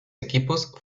equipos